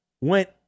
went